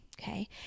Okay